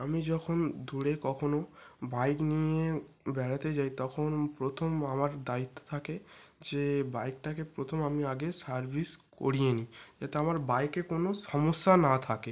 আমি যখন দূরে কখনো বাইক নিয়ে বেড়াতে যাই তখন প্রথম আমার দায়িত্ব থাকে যে বাইকটাকে প্রথম আমি আগে সার্ভিস করিয়ে নিই যাতে আমার বাইকে কোনো সমস্যা না থাকে